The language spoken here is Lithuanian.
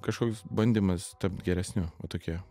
kažkoks bandymas tapt geresniu va tokie